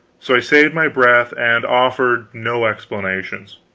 so i saved my breath, and offered no explanations.